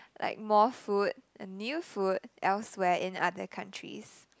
like more food and new food elsewhere in other countries